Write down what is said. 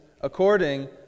according